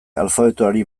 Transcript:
alfabetoari